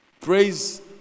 Praise